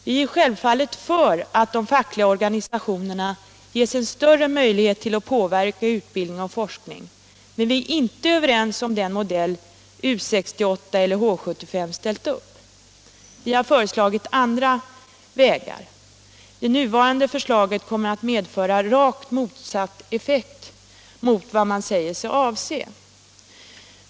Vi är självfallet för att de fackliga organisationerna ges större möjligheter att påverka utbildning och forskning, men vi är inte överens om den modell U 68 eller H 75 ställt upp. Vi har föreslagit andra vägar. Det nuvarande förslaget kommer att medföra en rakt motsatt effekt mot vad man säger sig avse.